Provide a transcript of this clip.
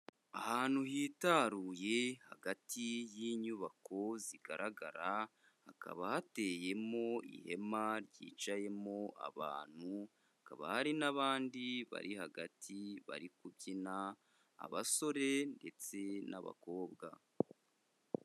Ahantu hitaruye hagati y'inyubako zigaragara, hakaba hateyemo ihema ryicayemo abantu, hakaba hari n'abandi bari hagati bari kubyina, abasore ndetse n'abakobwa.